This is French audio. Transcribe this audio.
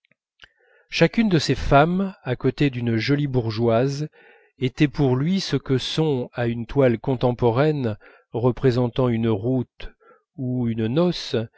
chacune de ces femmes à côté d'une jolie bourgeoise était pour lui ce que sont à une toile contemporaine représentant une route ou une noce